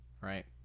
Right